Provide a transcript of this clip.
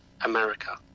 America